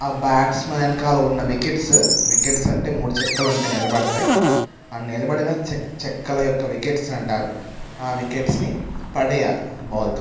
ఆ బ్యాట్స్మ్యాన్ వెనకాల ఉన్న వికెట్స్ వికెట్స్ అంటే మూడు చెక్కలు ఉంటాయి నిలబడతాయి ఆ నిలబడిన చెక్కల యొక్క వికెట్స్ అంటారు ఆ వికెట్స్ని పడేయాలి బాల్తో